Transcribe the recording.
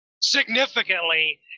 significantly